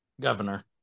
governor